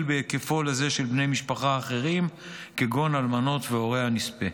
בהיקפו לזה של בני משפחה אחרים כגון אלמנות והורי הנספה.